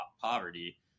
poverty